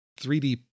3D